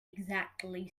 exactly